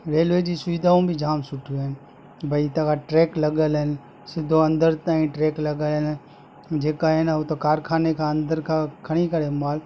railway जी सुविधाऊं बि जाम सुठियूं आहिनि भई तव्हां ट्रैक लॻियलु आहिनि सिधो अंदर ताईं ट्रैक लॻाया आहिनि जेका आहे न उहो त कारखाने खां अंदर खां खणी करे माल